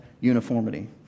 uniformity